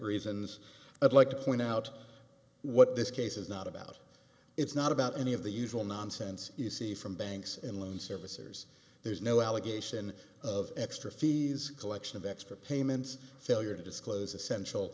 reasons i'd like to point out what this case is not about it's not about any of the usual nonsense you see from banks and loan servicers there's no allegation of extra fees collection of extra payments failure to disclose essential